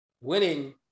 winning